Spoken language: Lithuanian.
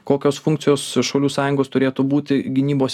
kokios funkcijos šaulių sąjungos turėtų būti gynybos